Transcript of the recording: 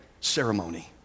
ceremony